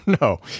no